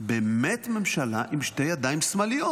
באמת ממשלה עם שתי ידיים שמאליות.